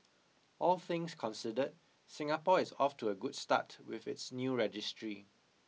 all things considered Singapore is off to a good start with its new registry